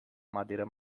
madeira